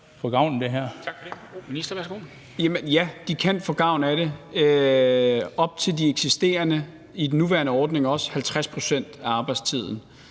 Ja, de kan få gavn af det, og i det eksisterende, altså i den nuværende ordning, også op til 50 pct. af arbejdstiden.